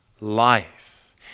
life